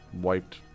wiped